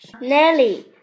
Nelly